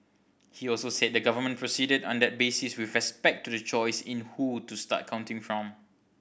he also said the government proceeded on that basis with respect to the choice in who to start counting from